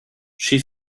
she